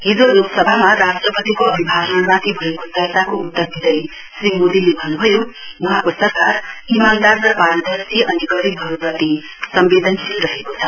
हिजो लोकसभामा राष्ट्रपतिको अभिभाषणमाथि भएको चर्चाको उत्तर दिंदै श्री मोदीले भन्न्भयो वहाँको सरकारलाई ईमानदार र पारदर्शी अनि गरीबहरूप्रति सम्वेदनशील रहेको छ